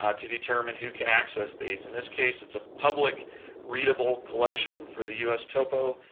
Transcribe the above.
ah to determine who can access these. in this case, it's a public readable collection for the u s. topo.